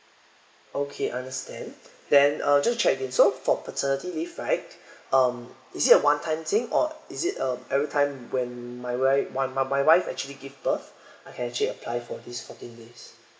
okay understand then uh just to check again so for paternity leave right um is it a one time thing or is it uh every time when my my my my my wife actually give birth I can actually apply for this fourteen days